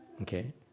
Okay